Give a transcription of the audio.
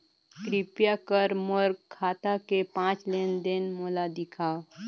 कृपया कर मोर खाता के पांच लेन देन मोला दिखावव